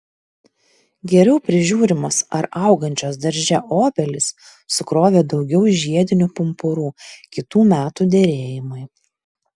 geriau prižiūrimos ar augančios darže obelys sukrovė daugiau žiedinių pumpurų kitų metų derėjimui